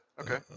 Okay